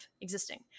existing